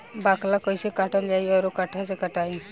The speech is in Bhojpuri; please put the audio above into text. बाकला कईसे काटल जाई औरो कट्ठा से कटाई?